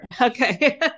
Okay